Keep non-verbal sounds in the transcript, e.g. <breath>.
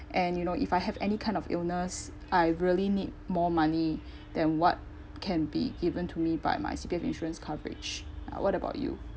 and you know if I have any kind of illness I really need more money <breath> than what can be given to me by my C_P_F insurance coverage uh what about you